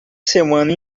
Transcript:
semana